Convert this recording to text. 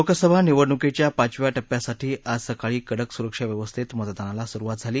लोकसभा निवडणूकीच्या पाचव्या टप्प्यासाठी आज सकाळी कडक सुरक्षा व्यवस्थेत मतदानाला सुरुवात झाली